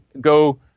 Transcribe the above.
go